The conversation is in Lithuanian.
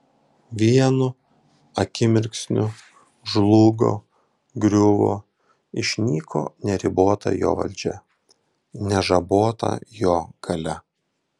vienu akimirksniu žlugo griuvo išnyko neribota jo valdžia nežabota jo galia